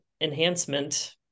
enhancement